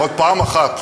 לפחות פעם אחת,